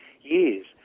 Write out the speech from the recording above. years